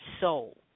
soul